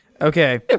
Okay